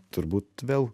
turbūt vėl